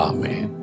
Amen